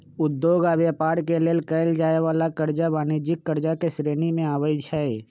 उद्योग आऽ व्यापार के लेल कएल जाय वला करजा वाणिज्यिक करजा के श्रेणी में आबइ छै